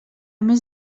més